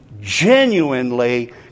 genuinely